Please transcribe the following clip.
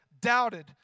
doubted